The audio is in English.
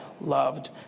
loved